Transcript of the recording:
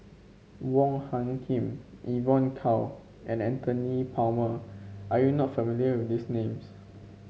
Wong Hung Khim Evon Kow and Michael Anthony Palmer are you not familiar with these names